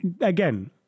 again